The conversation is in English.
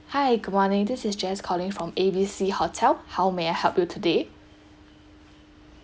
hi good morning this is jess calling from A B C hotel how may I help you today